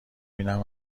اینم